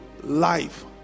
life